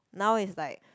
now it's like